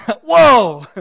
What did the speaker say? Whoa